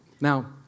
Now